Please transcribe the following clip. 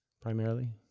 primarily